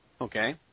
Okay